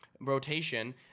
rotation